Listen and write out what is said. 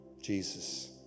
Jesus